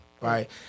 right